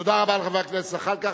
תודה רבה לחבר הכנסת זחאלקה.